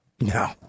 No